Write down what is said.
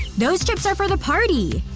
those chips are for the party!